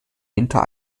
hinter